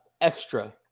extra